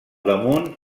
damunt